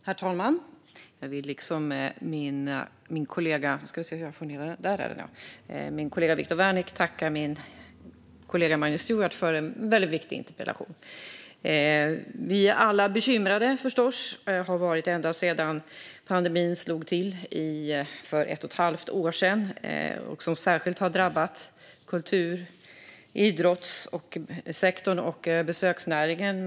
Herr talman! Jag vill, liksom min kollega Viktor Wärnick, tacka vår kollega Magnus Stuart för en väldigt viktig interpellation. Vi är förstås alla bekymrade och har varit det ända sedan pandemin slog till för ett och ett halvt år sedan och särskilt drabbade kultur och idrottssektorn och besöksnäringen.